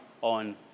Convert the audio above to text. on